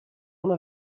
una